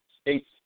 states